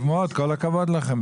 טוב מאוד, כל הכבוד לכם.